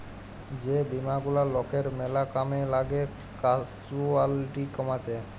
যে বীমা গুলা লকের ম্যালা কামে লাগ্যে ক্যাসুয়ালটি কমাত্যে